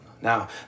Now